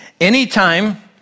Anytime